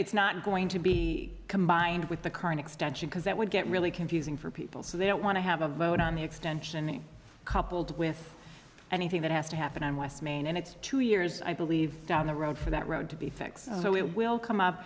it's not going to be combined with the current extension because that would get really confusing for people so they don't want to have a vote on the extension me coupled with anything that has to happen in west maine and it's two years i believe down the road for that road to be fixed so we will come up